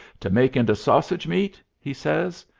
to make into sausage-meat? he says.